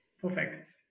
Perfect